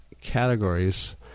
categories